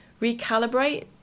recalibrate